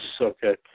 okay